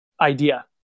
idea